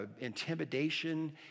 intimidation